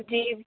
جی